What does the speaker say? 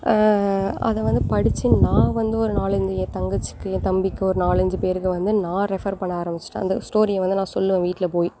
அதை வந்து படிச்சு நான் வந்து ஒரு நாலஞ்சு ஏன் தங்கச்சிக்கு ஏன் தம்பிக்கு ஒரு நாலஞ்சு பேருக்கு வந்து நான் ரெஃபர் பண்ண ஆரமிச்சிவிட்டேன் அந்த ஸ்டோரியை வந்து நான் சொல்லுவேன் வீட்டில் போய்